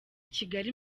kigali